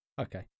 Okay